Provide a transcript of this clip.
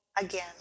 again